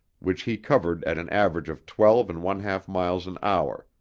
which he covered at an average of twelve and one half miles an hour,